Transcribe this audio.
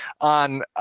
on